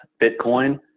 Bitcoin